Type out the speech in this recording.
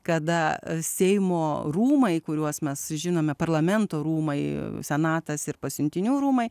kada seimo rūmai kuriuos mes žinome parlamento rūmai senatas ir pasiuntinių rūmai